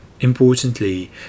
Importantly